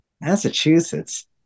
Massachusetts